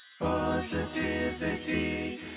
Positivity